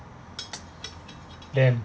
damn